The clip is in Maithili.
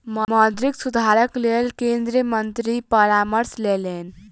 मौद्रिक सुधारक लेल केंद्रीय मंत्री परामर्श लेलैन